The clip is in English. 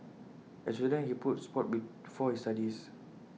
as A student he put Sport before his studies